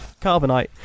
carbonite